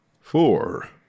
four